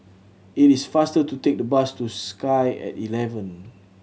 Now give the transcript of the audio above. it is faster to take the bus to Sky At Eleven